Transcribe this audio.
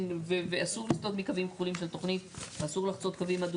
אי אפשר לאלץ את רשות מקרקעי ישראל לתת את האישור.